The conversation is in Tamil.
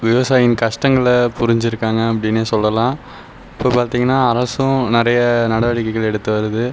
விவசாயின் கஷ்டங்களை புரிஞ்சுருக்காங்க அப்படினே சொல்லெலாம் இப்போது பார்த்தீங்கனா அரசும் நிறைய நடவடிக்கைகள் எடுத்து வருது